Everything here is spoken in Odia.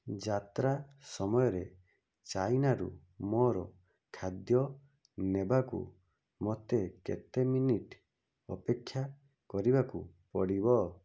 ଯାତ୍ରା ସମୟରେ ଚାଇନାରୁ ମୋର ଖାଦ୍ୟ ନେବାକୁ ମୋତେ କେତେ ମିନିଟ୍ ଅପେକ୍ଷା କରିବାକୁ ପଡ଼ିବ